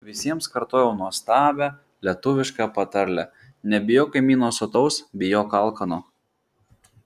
visiems kartojau nuostabią lietuvišką patarlę nebijok kaimyno sotaus bijok alkano